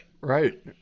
Right